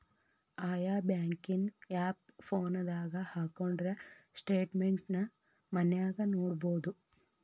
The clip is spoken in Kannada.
ಆಯಾ ಬ್ಯಾಂಕಿನ್ ಆಪ್ ಫೋನದಾಗ ಹಕ್ಕೊಂಡ್ರ ಸ್ಟೆಟ್ಮೆನ್ಟ್ ನ ಮನ್ಯಾಗ ನೊಡ್ಬೊದು